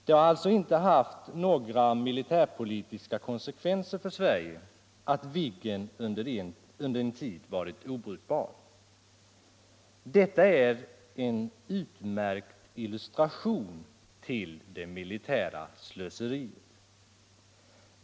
Det har alltså inte haft några militärpolitiska konsekvenser för Sverige att Viggen under en tid varit obrukbar. Detta är en utmärkt illustration till det militära slöseriet.